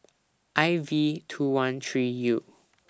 I V two one three U